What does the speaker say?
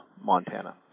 Montana